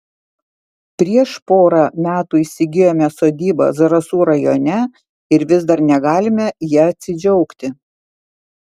prieš porą metų įsigijome sodybą zarasų rajone ir vis dar negalime ja atsidžiaugti